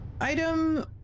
item